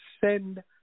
send